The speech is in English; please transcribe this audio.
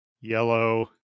yellow